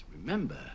remember